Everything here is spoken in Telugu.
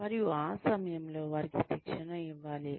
మరియు ఆ సమయంలో వారికి శిక్షణ ఇవ్వాలి